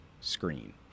screen